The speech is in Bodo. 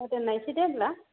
हजों नायनोसै दे होमब्ला